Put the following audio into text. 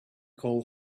coal